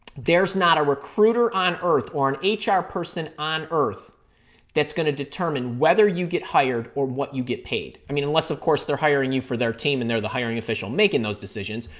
there's not a recruiter on earth or an ah hr person on earth that's going to determine whether you get hired or what you get paid. i mean unless of course they're hiring you for their team and they're the hiring official making those decisions.